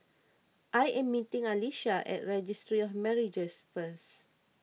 I am meeting Alisha at Registry of Marriages first